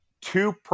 two